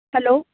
hello